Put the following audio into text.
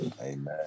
amen